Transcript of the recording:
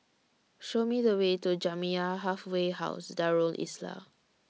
Show Me The Way to Jamiyah Halfway House Darul Islah